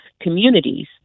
communities